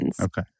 okay